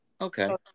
Okay